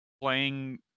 playing